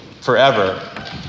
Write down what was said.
forever